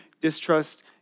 distrust